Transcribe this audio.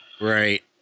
right